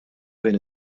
bejn